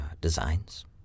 designs